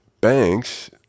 banks